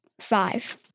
five